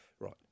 Right